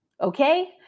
Okay